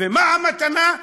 ומה המתנה?